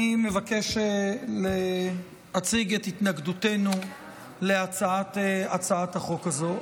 אני מבקש להציג את התנגדותנו להצעת החוק הזו.